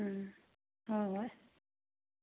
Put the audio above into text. ꯎꯝ ꯍꯣꯏ ꯍꯣꯏ